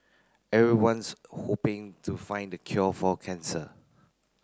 everyone's hoping to find the cure for cancer